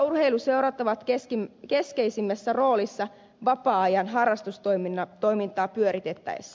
urheiluseurat ovat keskeisimmässä roolissa vapaa ajan harrastustoimintaa pyöritettäessä